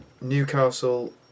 Newcastle